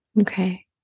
Okay